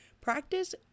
practice